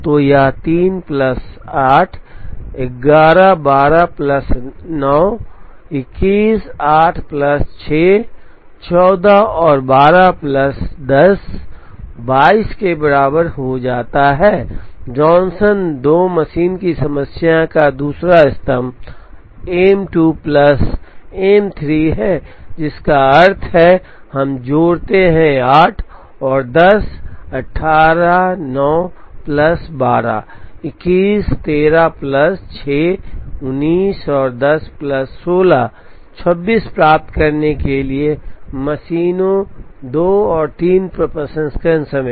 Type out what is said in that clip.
तो यह 3 plus 8 11 12 plus 9 21 8 plus 6 14 और 12 प्लस 10 22 के बराबर हो जाता है जॉनसन 2 मशीन की समस्या का दूसरा स्तंभ एम 2 प्लस एम 3 है जिसका अर्थ है हम जोड़ते हैं 8 और 10 18 9 प्लस 12 21 13 प्लस 6 19 और 10 प्लस 16 26 प्राप्त करने के लिए मशीनों 2 और 3 पर प्रसंस्करण समय